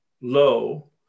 low